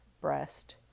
breast